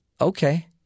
okay